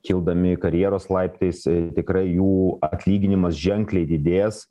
kildami karjeros laiptais ir tikrai jų atlyginimas ženkliai didės